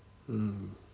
mm